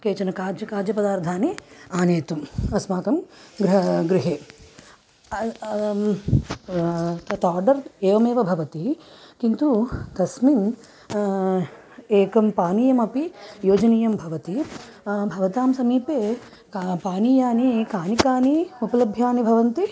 केचन खाद्य खाद्यपदार्धानि आनेतुं अस्माकं गृह गृहे तत् आर्डर् एवमेव भवति किन्तु तस्मिन् एकं पानीयमपि योजनीयं भवति भवतां समीपे का पानीयानि कानि कानि उपलभ्यानि भवन्ति